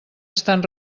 estan